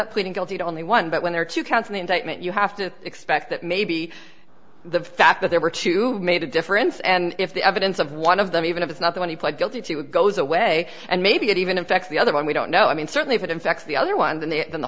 up pleading guilty to only one but when there are two counts in the indictment you have to expect that maybe the fact that there were two made a difference and if the evidence of one of them even if it's not the one he pled guilty to it goes away and maybe it even affects the other one we don't know i mean certainly if it infects the other one then the